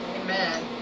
Amen